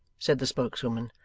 said the spokeswoman,